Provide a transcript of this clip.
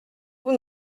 vous